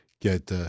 get